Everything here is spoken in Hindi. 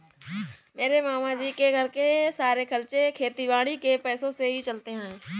मेरे मामा जी के घर के सारे खर्चे खेती बाड़ी के पैसों से ही चलते हैं